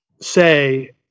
say